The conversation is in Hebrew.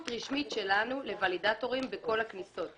רשמית שלנו לוולידטורים בכל הכניסות.